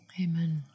Amen